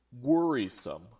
worrisome